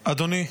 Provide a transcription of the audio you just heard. אדוני,